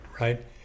right